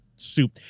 soup